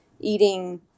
eating